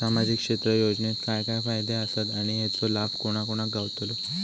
सामजिक क्षेत्र योजनेत काय काय फायदे आसत आणि हेचो लाभ कोणा कोणाक गावतलो?